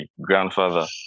grandfather